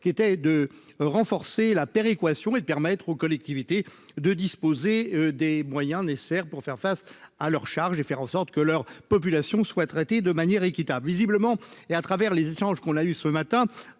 qui était de renforcer la péréquation et de permettre aux collectivités de disposer des moyens nécessaires pour faire face à leurs charges et faire en sorte que leur population soient traités de manière équitable, visiblement, et à travers les échanges qu'on a eu ce matin